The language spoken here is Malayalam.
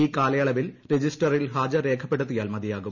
ഈ കാലയളവിൽ രജിസ്റ്ററിൽ ഹാജർ രേഖപ്പെടുത്തിയാൽ മതിയാകും